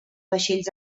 vaixells